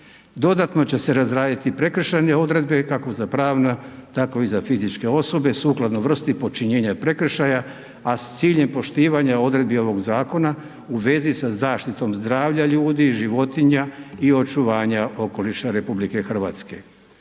Dodatno će se razraditi prekršajne odredbe, kako za pravna, tako i za fizičke osobe, sukladno vrsti počinjenja prekršaja, a s ciljem poštivanja odredbi ovoga zakona u vezi sa zaštitom zdravlja ljudi, životinja i očuvanja okoliša RH. Zakonskim